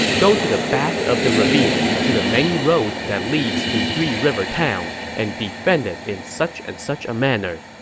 go to the back of the ravine, to the main road that leads to three river town, and defend it in such and such a manner.